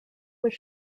was